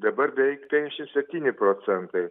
dabar beveik penkiasdešimt septyni procentai